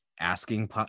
asking